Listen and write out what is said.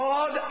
God